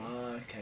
Okay